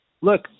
look